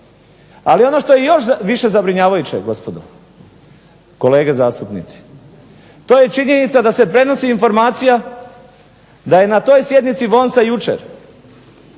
Ali ono što je još više zabrinjavajuće gospodo, kolege zastupnici, to je činjenica da se prenosi informacija da je na toj sjednici VONS-a jučer